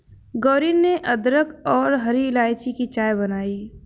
गौरी ने अदरक और हरी इलायची की चाय बनाई